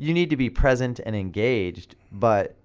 you need to be present and engaged. but